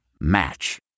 Match